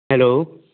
hello